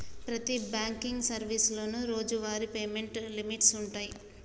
ప్రతి బాంకింగ్ సర్వీసులోనూ రోజువారీ పేమెంట్ లిమిట్స్ వుంటయ్యి